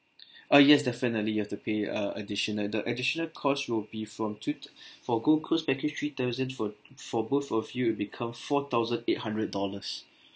uh yes definitely you have to pay a additional the additional cost will be from two t~ for gold coast package three thousand for for both of you will become four thousand eight hundred dollars